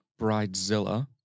bridezilla